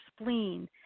spleen